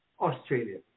Australia